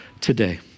today